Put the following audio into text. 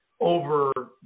over